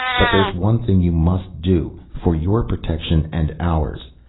but there is one thing you must do, for your protection and ours.